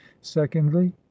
secondly